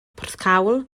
porthcawl